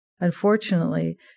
Unfortunately